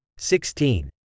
Sixteen